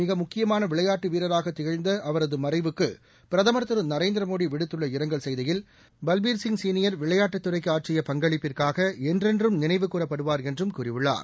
மிகமுக்கியமானவிளையாட்டுவீரராகதிகழ்ந்தஅவரதுமறைவுக்குபிரதமா் இந்தியாவில் திரு நரேந்திரமோடிவிடுத்துள்ளஇரங்கல் செய்தியில் பல்பீர்சிங் சீளியர் விளையாட்டுத்துறைக்குஆற்றிய பங்களிப்பிற்காகஎன்றென்றும் நினைவு கூறப்படுவார் என்றும் கூறியுள்ளார்